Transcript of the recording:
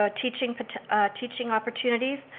ah teaching but teaching opportunities,